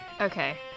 Okay